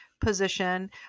position